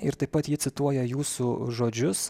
ir taip pat ji cituoja jūsų žodžius